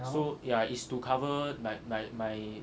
so yeah is to cover like like my